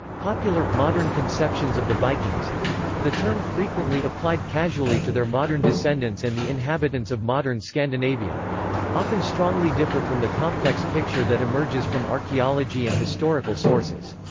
popular, modern conceptions of the vikings the term frequently applied casually to their modern descendants and the inhabitants of modern scandinavia often strongly differ from the complex picture that emerges from archaeology and historical sources.